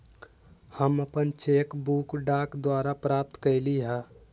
हम अपन cheque book डाक द्वारा प्राप्त कईली ह